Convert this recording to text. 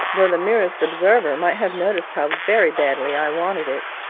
though the merest observer might have noticed how very badly i wanted it.